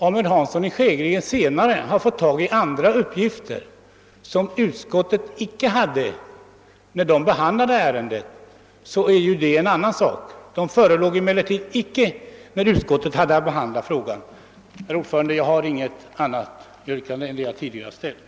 Om herr Hansson i Skegrie senare fått andra uppgifter som utskottet inte hade till sitt förfogande vid sin behandling av ärendet, är det en annan sak. De förelåg icke när utskottet hade att behandla frågan. Herr talman! Jag har inget annat yrkande än det jag tidigare har ställt.